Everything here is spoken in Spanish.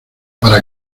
para